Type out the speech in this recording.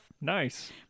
Nice